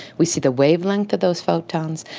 we see the wavelength of those photons,